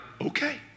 okay